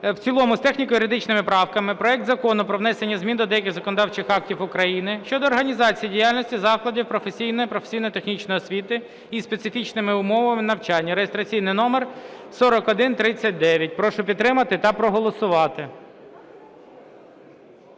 В цілому з техніко-юридичними правками проект Закону про внесення змін до деяких законодавчих актів України щодо організації діяльності закладів професійної (професійно-технічної освіти) із специфічними умовами навчання (реєстраційний номер 4139). Прошу підтримати та проголосувати.